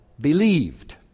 believed